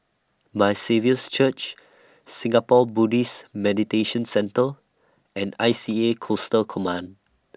My Saviour's Church Singapore Buddhist Meditation Centre and I C A Coastal Command